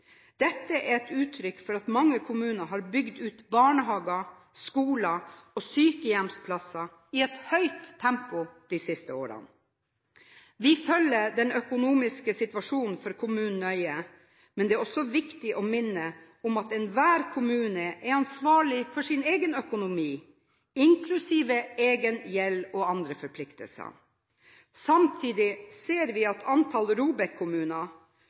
har bygd ut barnehager, skoler og sykehjemsplasser i et høyt tempo de siste årene. Vi følger den økonomiske situasjonen for kommunene nøye, men det er også viktig å minne om at enhver kommune er ansvarlig for sin egen økonomi, inklusive egen gjeld og andre forpliktelser. Samtidig ser vi at antall